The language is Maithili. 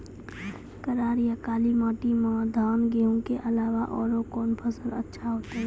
करार या काली माटी म धान, गेहूँ के अलावा औरो कोन फसल अचछा होतै?